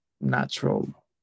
natural